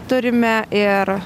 turime ir